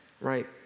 Right